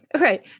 right